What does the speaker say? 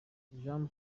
jean